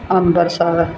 Amritsar